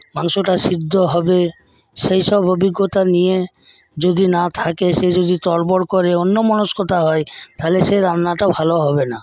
মাংসটা সিদ্ধ হবে সেইসব অভিজ্ঞতা নিয়ে যদি না থাকে সে যদি তড়বড় করে অন্যমনস্কতা হয় তাহলে সে রান্নাটা ভালো হবে না